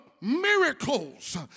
miracles